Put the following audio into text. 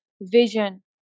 vision